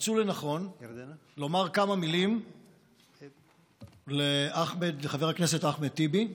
מצאו לנכון לומר כמה מילים לחבר הכנסת אחמד טיבי,